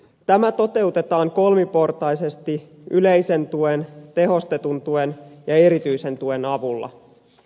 tämä toteutetaan kolmiportaisesti yleisen tuen tehostetun tuen ja erityisen tuen avulla